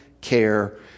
care